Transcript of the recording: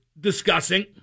discussing